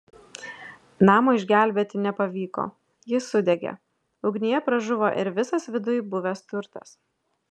namo išgelbėti nepavyko jis sudegė ugnyje pražuvo ir visas viduj buvęs turtas